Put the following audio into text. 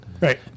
Right